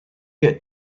get